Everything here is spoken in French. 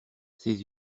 ses